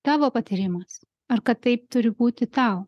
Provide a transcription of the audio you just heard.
tavo patyrimas ar kad taip turi būti tau